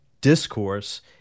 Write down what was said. discourse